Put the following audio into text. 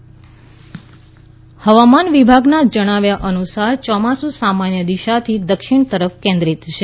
હવામાન હવામાન વિભાગના જણાવ્યા અનુસાર ચોમાસુ સામાન્ય દીશાથી દક્ષિણ તરફ કેન્રિનાત છે